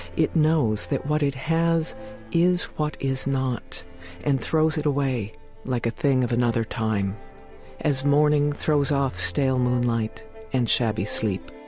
it knows that what it has is what is not and throws it away like a thing of another time as morning throws off stale moonlight and shabby sleep